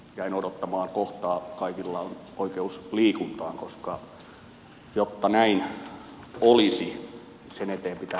jäin odottamaan kohtaa kaikilla on oikeus liikuntaan koska jotta näin olisi sen eteen pitää tehdä töitä